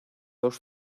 dos